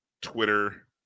Twitter